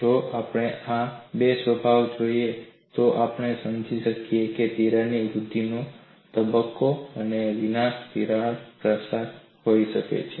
જો આપણે આ બે સ્વભાવોને જોઈએ તો આપણે સમજી શકીએ છીએ તિરાડ વૃદ્ધિનો તબક્કો અને વિનાશક તિરાડ પ્રશાર હોઈ શકે છે